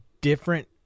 different